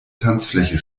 tanzfläche